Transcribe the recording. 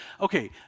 okay